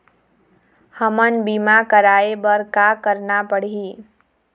हमन बीमा कराये बर का करना पड़ही?